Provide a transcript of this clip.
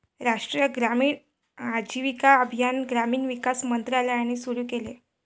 राष्ट्रीय ग्रामीण आजीविका अभियान ग्रामीण विकास मंत्रालयाने सुरू केले